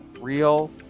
real